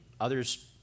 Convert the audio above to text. Others